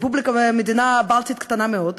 מדינה בלטית קטנה מאוד,